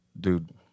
Dude